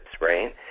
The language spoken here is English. right